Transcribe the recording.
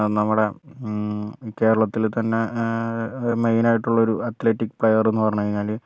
നമ്മുടെ കേരളത്തില് തന്നെ മെയിനായിട്ടുളൊരു അത്ലറ്റിക് പ്ലെയർ എന്ന് പറഞ്ഞ് കഴിഞ്ഞാല്